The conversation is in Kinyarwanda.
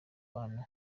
abantu